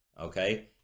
okay